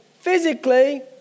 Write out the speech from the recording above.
Physically